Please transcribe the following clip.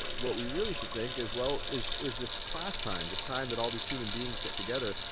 what we really should think is well, is is this class time, this time that all these human beings get together,